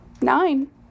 nine